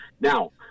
Now